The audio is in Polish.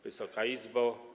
Wysoka Izbo!